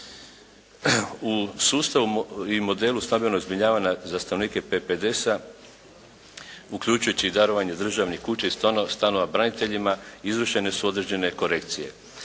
U sustavu i modelu stambenog zbrinjavanja za stanovnike PPDS uključujući i darovanje državne kuće i stanova branitelja izvršene su određene korekcije.